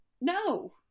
No